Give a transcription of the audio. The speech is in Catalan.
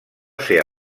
ser